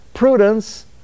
Prudence